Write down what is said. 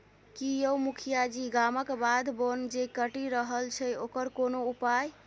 की यौ मुखिया जी गामक बाध बोन जे कटि रहल छै ओकर कोनो उपाय